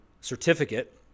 Certificate